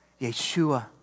Yeshua